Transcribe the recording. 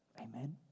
Amen